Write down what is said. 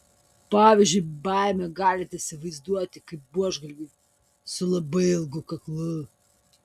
pavyzdžiui baimę galite įsivaizduoti kaip buožgalvį su labai ilgu kaklu